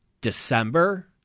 December